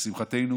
לשמחתנו